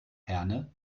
herne